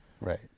Right